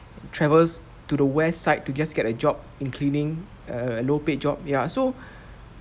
travels to the west side to just get a job in cleaning a low pay job ya so